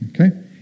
Okay